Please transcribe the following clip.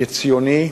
כציוני,